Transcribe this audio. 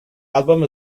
album